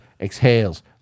exhales